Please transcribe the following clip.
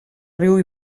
riu